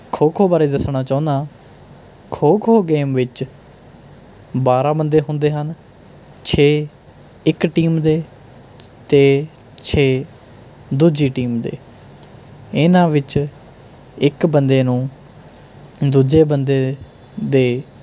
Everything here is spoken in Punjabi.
ਖੋ ਖੋ ਬਾਰੇ ਦੱਸਣਾ ਚਾਹੁੰਦਾ ਖੋ ਖੋ ਗੇਮ ਵਿੱਚ ਬਾਰਾਂ ਬੰਦੇ ਹੁੰਦੇ ਹਨ ਛੇ ਇੱਕ ਟੀਮ ਦੇ ਅਤੇ ਛੇ ਦੂਜੀ ਟੀਮ ਦੇ ਇਹਨਾਂ ਵਿੱਚ ਇੱਕ ਬੰਦੇ ਨੂੰ ਦੂਜੇ ਬੰਦੇ ਦੇ